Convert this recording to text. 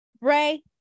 Ray